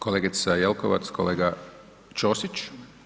Kolegica Jelkovac, kolega Ćosić?